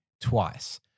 twice